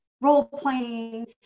role-playing